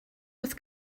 oes